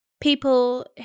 people